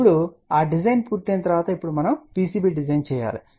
ఇప్పుడు ఆ డిజైన్ పూర్తయిన తర్వాత ఇప్పుడు మనం PCB డిజైన్ చేయాలి